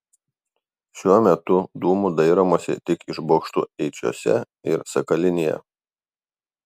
šiuo metu dūmų dairomasi tik iš bokštų eičiuose ir sakalinėje